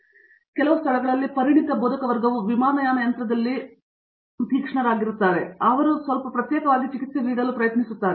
ಆದರೆ ಕೆಲವು ಸ್ಥಳಗಳಲ್ಲಿ ಪರಿಣಿತ ಬೋಧಕವರ್ಗವು ವಿಮಾನಯಾನ ಯಂತ್ರದಲ್ಲಿ ತೀಕ್ಷ್ಣವಾದದ್ದಾಗಿದೆ ಆದ್ದರಿಂದ ಅವರು ಸ್ವಲ್ಪ ಪ್ರತ್ಯೇಕವಾಗಿ ಚಿಕಿತ್ಸೆ ನೀಡಲು ಪ್ರಯತ್ನಿಸಿದರು